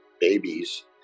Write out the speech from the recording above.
babies